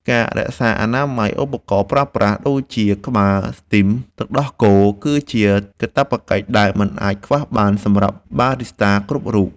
ការរក្សាអនាម័យឧបករណ៍ប្រើប្រាស់ដូចជាក្បាលស្ទីមទឹកដោះគោ គឺជាកាតព្វកិច្ចដែលមិនអាចខ្វះបានសម្រាប់បារីស្តាគ្រប់រូប។